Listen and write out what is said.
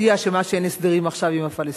היא האשמה שאין הסדרים עכשיו עם הפלסטינים.